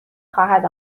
خواهد